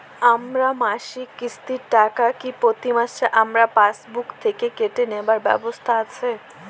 আমার মাসিক কিস্তির টাকা কি প্রতিমাসে আমার পাসবুক থেকে কেটে নেবার ব্যবস্থা আছে?